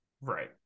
Right